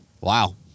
Wow